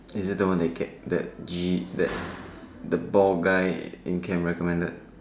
is it the one that get that G that the ball guy he recommended